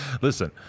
listen